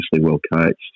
well-coached